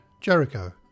Jericho